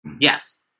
Yes